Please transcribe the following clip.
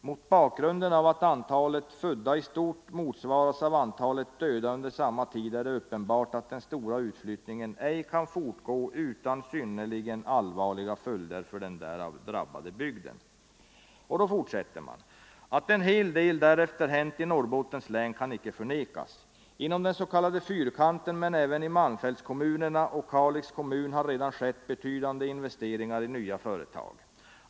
Mot bakgrund av att antalet födda i stort motsvaras av antalet döda under samma tid är det uppenbart att den stora utflyttningen ej kan fortgå utan synnerligen allvarliga följder för den därav drabbade bygden.” Sedan fortsätter man: ”Att en hel del därefter hänt i Norrbottens län kan icke förnekas. Inom den s.k. Fyrkanten men även i malmfältskommunerna och Kalix kommun har redan skett betydande investeringar i nya företag.